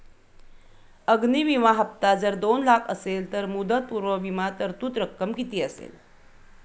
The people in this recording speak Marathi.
अग्नि विमा हफ्ता जर दोन लाख असेल तर मुदतपूर्व विमा तरतूद रक्कम किती असेल?